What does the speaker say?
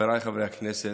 חבריי חברי הכנסת,